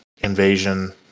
invasion